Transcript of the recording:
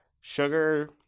Sugar